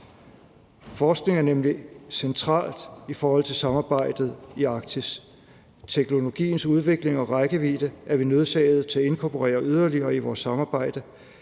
Forskning er nemlig centralt i forhold til samarbejdet i Arktis. Teknologiens udvikling og rækkevidde er vi nødsaget til at inkorporere yderligere i vores samarbejde.